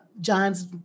John's